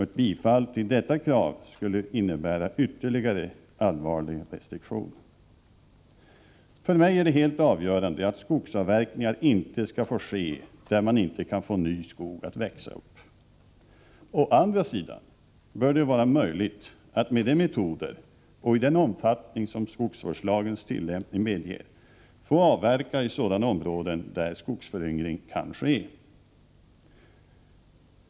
Ett bifall till detta krav skulle innebära ytterligare en allvarlig restriktion. För mig är det helt avgörande att skogsavverkningar inte skall få ske där man inte kan få ny skog att växa upp. Å andra sidan bör det vara möjligt att med de metoder och i den omfattning som skogsvårdslagens tillämpning medger få avverka i sådana områden där skogsföryngring kan ske.